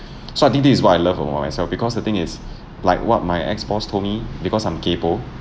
so I think this is what I love about myself because the thing is like what my ex-boss told me because I'm kaypoh